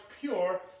pure